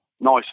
nice